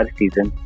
season